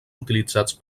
utilitzats